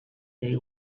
day